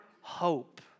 hope